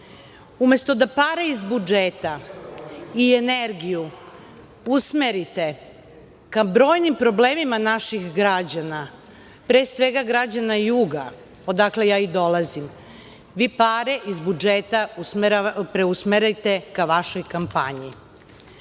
umesto da pare iz budžeta i energiju usmerite ka brojnim problemima naših građana, pre svega građana juga, odakle ja i dolazim, vi pare iz budžeta preusmeravate ka vašoj kampanji.